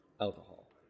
alcohol